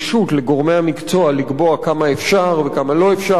לגורמי המקצוע לקבוע כמה אפשר וכמה לא אפשר.